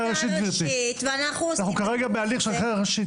גברתי, אנחנו כרגע בהליך של חקיקה ראשית.